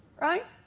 right?